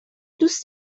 دوست